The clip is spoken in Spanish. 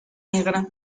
negra